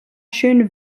schöne